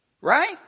Right